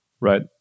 right